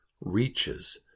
reaches